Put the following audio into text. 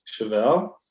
Chevelle